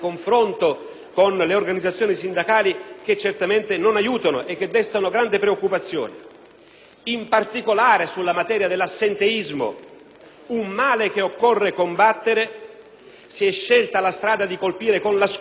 con le organizzazioni sindacali che certamente non aiutano e che destano grande preoccupazione. In particolare, sulla materia dell'assenteismo, un male che occorre combattere, si è scelta la strada di colpire con la scure